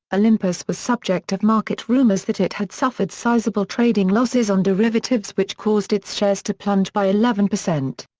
olympus was subject of market rumours that it had suffered sizeable trading losses on derivatives which caused its shares to plunge by eleven percent.